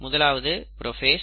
முதலாவதாக புரோஃபேஸ்